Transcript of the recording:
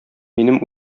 минем